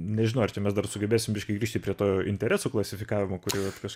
nežinau ar čia mes dar sugebėsim biškį grįžti prie to interesų klasifikavimo kur yra tokios